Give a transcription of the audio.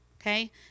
okay